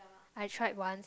I tried once